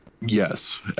Yes